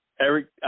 Eric